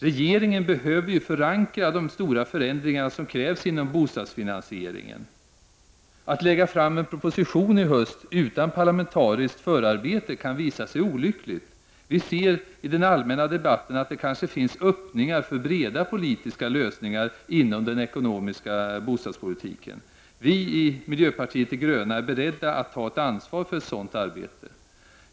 Regeringen behöver förankra de stora förändringar som krävs inom bostadsfinansieringen. Att lägga fram en proposition i höst utan parlamentariskt förarbete kan visa sig olyckligt. Vi ser i den allmänna debatten att det kanske finns öppningar för breda politiska lösningar inom den ekonomiska bostadspolitiken. Vi i miljöpartiet de gröna är beredda att ta ansvar för ett sådant arbete.